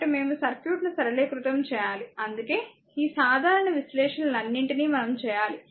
కాబట్టి మేము సర్క్యూట్ను సరళీకృతం చేయాలి అందుకే ఈ సాధారణ విశ్లేషణలన్నింటినీ మనం చేయాలి